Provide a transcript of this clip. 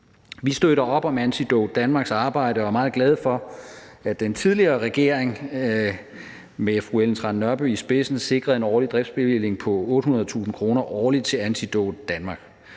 Vi støtter op om Antidote Danmarks arbejde og er meget glade for, at den tidligere regering med fru Ellen Trane Nørby i spidsen sikrede en årlig driftsbevilling på 800.000 kr. årligt til Antidote Danmark,